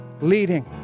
leading